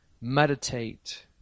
meditate